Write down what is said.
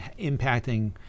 impacting